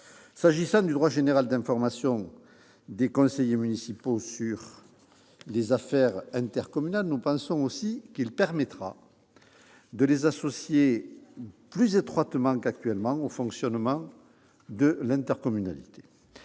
S'agissant du droit général d'information des conseillers municipaux sur les affaires intercommunales, nous pensons qu'il permettra de les associer plus étroitement qu'aujourd'hui au fonctionnement de l'intercommunalité.